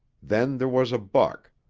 then there was a buck,